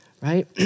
right